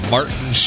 Martin